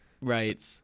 Right